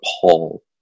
Paul